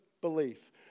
belief